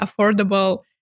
affordable